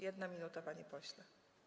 1 minuta, panie pośle.